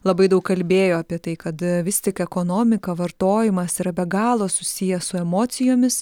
labai daug kalbėjo apie tai kad vis tik ekonomika vartojimas yra be galo susiję su emocijomis